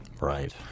Right